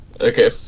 Okay